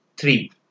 Three